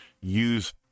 use